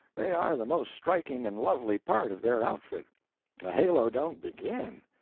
they are the most striking and lovely part of their outfit a halo don't begin.